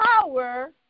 power